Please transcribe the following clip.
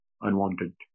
unwanted